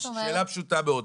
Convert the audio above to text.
השאלה פשוטה מאוד.